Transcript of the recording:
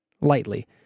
lightly